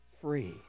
free